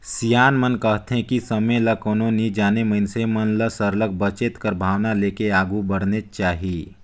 सियान मन कहथें कि समे ल कोनो नी जानें मइनसे मन ल सरलग बचेत कर भावना लेके आघु बढ़नेच चाही